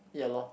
ya lor